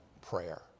prayer